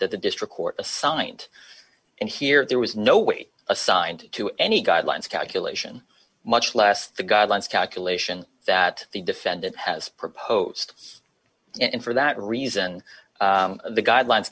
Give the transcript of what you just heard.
that the district court assigned and here there was no weight assigned to any guidelines calculation much less the guidelines calculation that the defendant has proposed in for that reason the guidelines